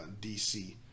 DC